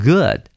Good